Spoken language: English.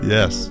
Yes